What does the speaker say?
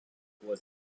was